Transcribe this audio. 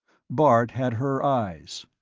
bart had her eyes.